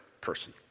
person